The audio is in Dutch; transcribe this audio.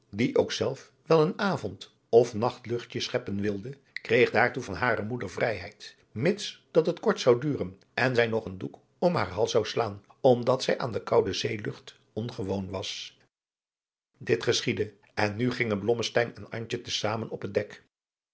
die ook wel zelf een avond of nachtluchtje scheppen wilde kreeg daartoe van hare moeder vrijheid mits dat het kort zou duren en zij nog een doek om haar hals zou slaan omdat zij aan de koude zeelucht ongewoon was dit geschiedde en nu gingen blommesteyn en antje te zamen op het dek